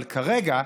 אבל כרגע,